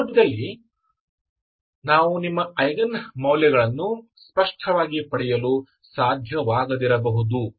ಈ ಸಂದರ್ಭದಲ್ಲಿ ನಾವು ನಿಮ್ಮ ಐಗನ್ ಮೌಲ್ಯಗಳನ್ನು ಸ್ಪಷ್ಟವಾಗಿ ಪಡೆಯಲು ಸಾಧ್ಯವಾಗದಿರಬಹುದು